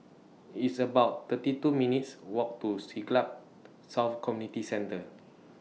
It's about thirty two minutes' Walk to Siglap South Community Centre